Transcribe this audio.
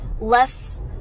less